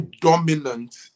dominant